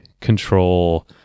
control